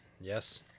yes